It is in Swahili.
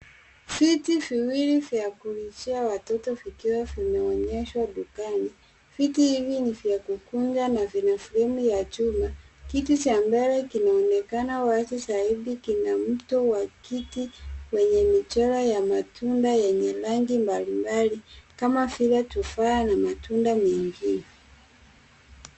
Viti viwili vya kulishia watoto vikiwa vimeonyeshwa dukani. Viti hivi ni vya kukunja na vina fremu ya chuma. Kiti cha mbele kinaonekana wazi zaidi, kina mto wa kiki wenye michoro ya matunda yenye rangi mbali mbali, kama vile: tufaha na matunda mengine.